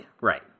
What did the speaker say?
right